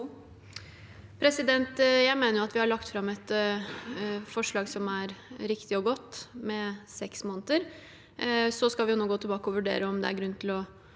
Jeg mener at vi har lagt fram et forslag som er riktig og godt, med seks måneder, og så skal vi nå gå tilbake og vurdere om det er grunn til å